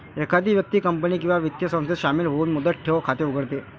एखादी व्यक्ती कंपनी किंवा वित्तीय संस्थेत शामिल होऊन मुदत ठेव खाते उघडते